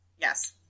Yes